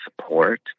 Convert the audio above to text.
support